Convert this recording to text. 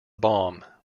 bomb